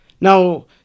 Now